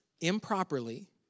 improperly